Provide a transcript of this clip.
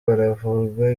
baravurwa